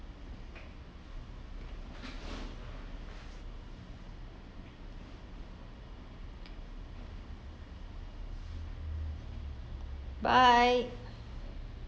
bye